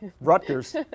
Rutgers